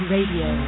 Radio